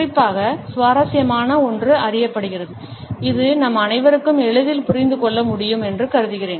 குறிப்பாக சுவாரஸ்யமான ஒன்று அறியப்படுகிறது இது நம் அனைவருக்கும் எளிதில் புரிந்து கொள்ள முடியும் என்று கருதுகிறேன்